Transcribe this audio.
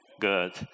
Good